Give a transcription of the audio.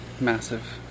massive